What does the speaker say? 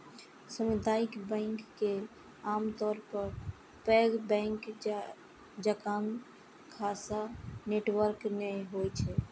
सामुदायिक बैंक के आमतौर पर पैघ बैंक जकां शाखा नेटवर्क नै होइ छै